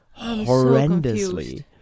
horrendously